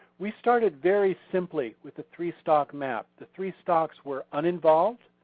we started very simply with the three stock map. the three stocks were uninvolved,